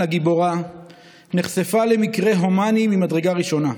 הגיבורה נחשפה למקרה הומני ממדרגה ראשונה,